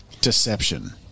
Deception